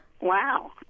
Wow